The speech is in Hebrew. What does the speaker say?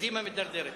קדימה מידרדרת,